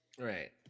Right